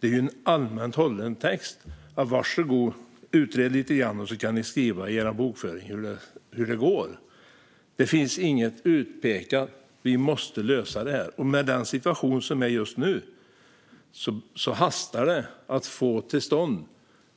Det är en allmänt hållen text - var så god, utred lite grann, och så kan ni skriva i er bokföring hur det går. Det finns inget utpekat: Vi måste lösa det här! Med den situation vi har just nu hastar det att få till stånd